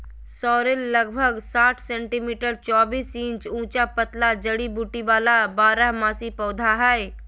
sorrel लगभग साठ centimetre चौबीस इंच ऊंचा पतला जड़ी बूटी वाला बारहमासी पौधा हइ